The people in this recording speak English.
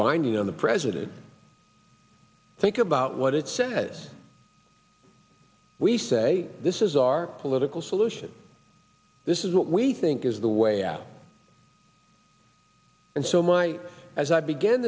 binding on the president think about what it says we say this is our political solution this is what we think is the way out and so my as i beg